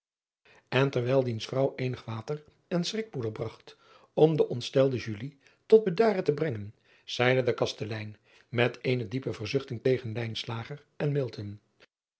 en terwijl diens vrouw eenig water en schrikpoeder bragt om de ontstelde tot bedaren te brengen zeide de kastelein met eene diepe verzuchting tegen en